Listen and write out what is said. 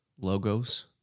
logos